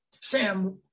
Sam